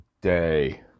day